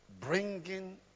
bringing